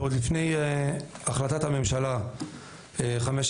ועוד לפני החלטת הממשלה 549,